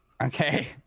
Okay